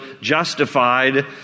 justified